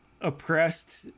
oppressed